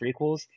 prequels